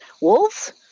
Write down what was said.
Wolves